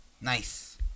Nice